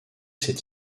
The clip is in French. cette